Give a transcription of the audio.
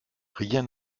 rien